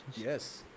Yes